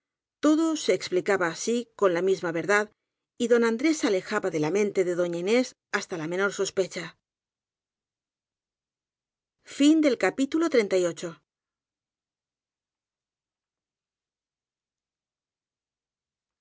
todo se expli caba así con la misma verdad y don andrés aleja ba de la mente de doña inés hasta la menor sos